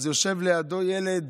אז יושב לידו ילד,